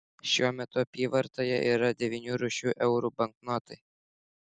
šiuo metu apyvartoje yra devynių rūšių eurų banknotai